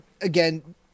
again